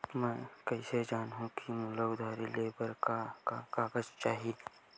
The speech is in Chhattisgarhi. मैं कइसे जानहुँ कि मोला उधारी ले बर का का कागज चाही?